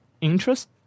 interest